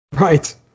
Right